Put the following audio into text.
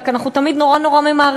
רק שאנחנו תמיד נורא ממהרים,